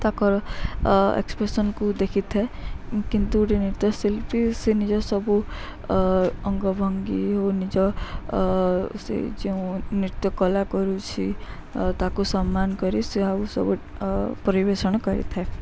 ତାଙ୍କର ଏକ୍ସପ୍ରେସନକୁ ଦେଖିଥାଏ କିନ୍ତୁ ଗୋଟେ ନୃତ୍ୟଶିଳ୍ପୀ ସେ ନିଜ ସବୁ ଅଙ୍ଗଭଙ୍ଗୀ ଓ ନିଜ ସେ ଯେଉଁ ନୃତ୍ୟ କଲା କରୁଛି ତାକୁ ସମ୍ମାନ କରି ସେ ଆଉ ସବୁ ପରିବେଷଣ କରିଥାଏ